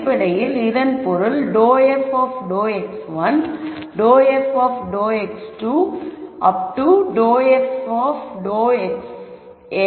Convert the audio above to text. அடிப்படையில் இதன் பொருள் ∂f∂x1∂f ∂x2